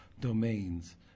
domains